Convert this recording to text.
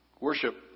Worship